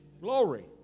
Glory